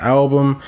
album